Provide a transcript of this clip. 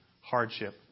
hardship